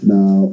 Now